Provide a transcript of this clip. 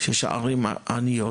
שיש ערים עניות